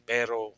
Pero